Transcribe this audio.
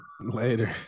Later